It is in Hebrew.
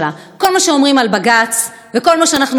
כל מה שאומרים על בג"ץ וכל מה שאנחנו עושים,